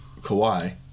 Kawhi